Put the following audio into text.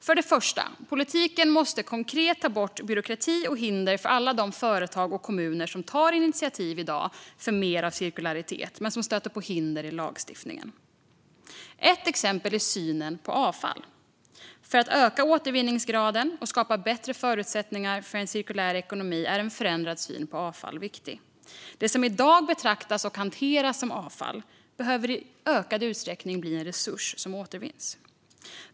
För det första: Politiken måste konkret ta bort byråkrati och hinder för alla de företag och kommuner som i dag tar initiativ för mer av cirkularitet men som stöter på hinder i lagstiftningen. Ett exempel är synen på avfall. För att öka återvinningsgraden och skapa bättre förutsättningar för en cirkulär ekonomi är en förändrad syn på avfall viktig. Det som i dag betraktas och hanteras som avfall behöver i ökad utsträckning bli en resurs som återvinns.